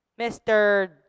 Mr